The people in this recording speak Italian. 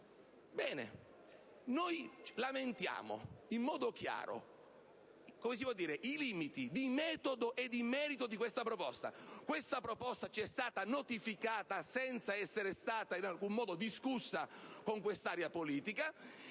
Ebbene, noi lamentiamo in modo chiaro i limiti di metodo e di merito di questa proposta, che ci è stata notificata senza essere stata in alcun modo discussa con questa area politica,